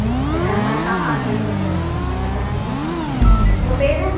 ம் சரி நாளைக்கு மறக்காமல் ஆறு மணிக்கு வந்துடுங்கப்பா வச்சிடுறேன் உங்கள் பேர்